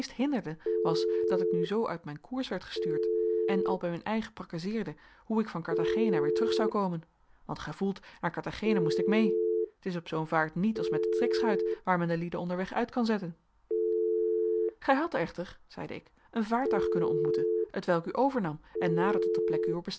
hinderde was dat ik nu zoo uit mijn koers werd gestuurd en al bij mijn eigen prakkezeerde hoe ik van carthagena weer terug zou komen want gij voelt naar carthagena moest ik mee t is op zoo'n vaart niet als met de trekschuit waar men de lieden onderweg uit kan zetten gij hadt echter zeide ik een vaartuig kunnen ontmoeten hetwelk u overnam en nader tot de plek